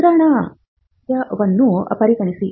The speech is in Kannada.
ಮುದ್ರಣಾಲಯವನ್ನು ಪರಿಗಣಿಸಿ